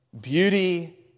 beauty